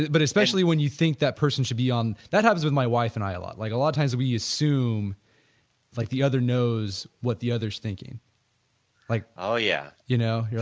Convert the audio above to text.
but especially when you think that person should be on, that happens with my wife and i a lot, like a lot of times we assume like the other knows what the other's thinking like, oh yeah, you know, yeah